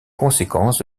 conséquence